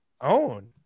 Own